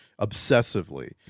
obsessively